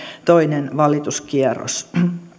toinen valituskierros